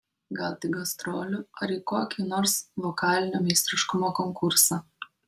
gal tik gastrolių ar į kokį nors vokalinio meistriškumo konkursą